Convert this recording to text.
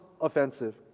offensive